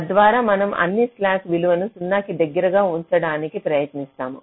తద్వారా మనం అన్ని స్లాక్ విలువను 0 కి దగ్గరగా ఉంచడానికి ప్రయత్నిస్తాము